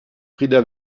frida